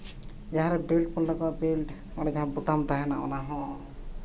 ᱡᱟᱦᱟᱸ ᱨᱮ ᱵᱞᱮᱴ ᱠᱚ ᱞᱟᱜᱟᱣᱟ ᱵᱞᱮᱴ ᱚᱸᱰᱮ ᱡᱟᱦᱟᱸ ᱵᱳᱛᱟᱢ ᱛᱟᱦᱮᱱᱟ ᱚᱱᱟ ᱦᱚᱸ